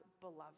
beloved